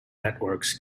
networks